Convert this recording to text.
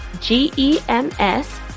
G-E-M-S